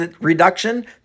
reduction